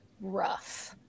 rough